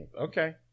Okay